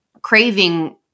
craving